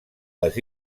les